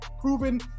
proven